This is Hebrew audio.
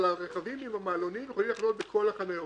אבל הרכבים עם המעלונים יכולים לחנות בכל החניות.